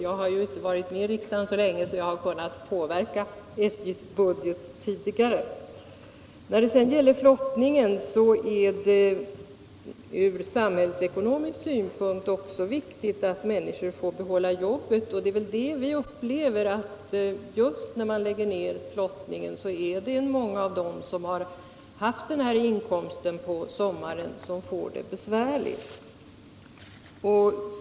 Jag har inte varit med i riksdagen så länge att jag har kunnat påverka SJ:s budget tidigare. När det sedan gäller flottningen är det från samhällsekonomisk synpunkt också viktigt att människor får behålla jobben. Det är väl just det vi upplever när man lägger ner flottningen, att många av dem som haft inkomster därav på somrarna får det besvärligt.